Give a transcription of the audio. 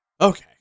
okay